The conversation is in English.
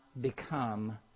become